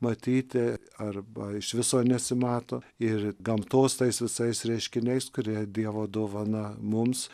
matyti arba iš viso nesimato ir gamtos tais visais reiškiniais kurie dievo dovana mums